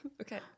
Okay